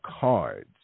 cards